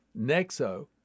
Nexo